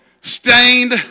stained